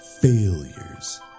Failures